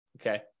Okay